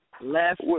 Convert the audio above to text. Left